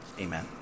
Amen